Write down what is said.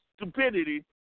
stupidity